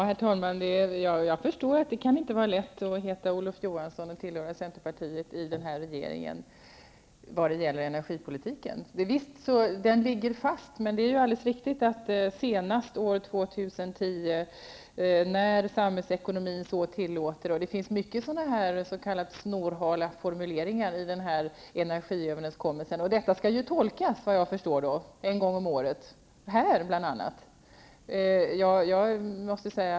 Herr talman! Jag förstår att det inte kan vara lätt att heta Olof Johansson och tillhöra centerpartiet i den här regeringen vad gäller energipolitiken. Visst ligger den fast, men det är riktigt att det har talats om ''senast år 2010'' och ''när samhällsekonomin så tillåter''. Det finns många s.k. snorhala formuleringar i energiöverenskommelsen, och det skall tolkas en gång om året, bl.a. här.